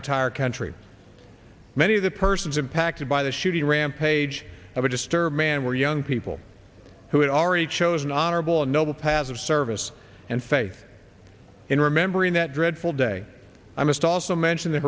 entire country many of the persons impacted by the shooting rampage of a disturbed man where young people who had already chosen honorable and noble paths of service and faith in remembering that dreadful day i must also mention the